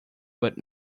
but